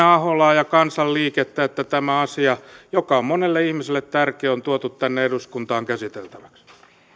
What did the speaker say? jemina aholaa ja kansanliikettä että tämä asia joka on monelle ihmiselle tärkeä on tuotu tänne eduskuntaan käsiteltäväksi